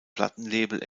plattenlabel